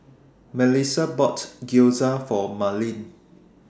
Melissa bought Gyoza For Marlene